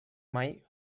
mai